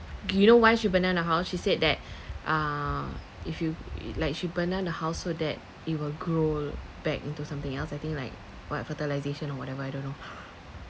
you know why she burned down the house she said that uh if you like she burned down the house so that it will grow back into something else I think like what fertilisation or whatever I don't know